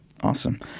Awesome